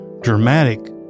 dramatic